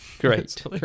Great